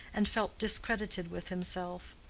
and felt discredited with himself.